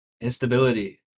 instability